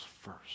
first